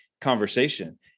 conversation